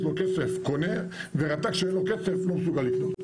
לו כסף קונה ורט"ג שאין לו כסף לא מסוגל לקנות.